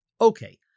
Okay